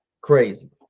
Crazy